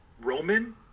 Roman